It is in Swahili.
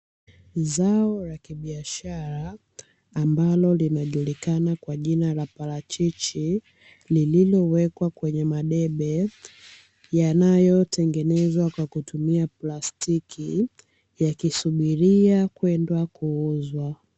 Ni zao la kibiashara ambalo linajulikana kwa jina la parachichi, lililowekwa kwenye madebe yanayotengenezwa kwa kutumia plastiki, yakisubiria kwenda kuuzwa.